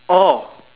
oh